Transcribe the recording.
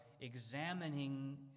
examining